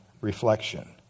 reflection